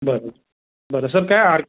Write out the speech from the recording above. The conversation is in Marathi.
बरं बरं सर काय आड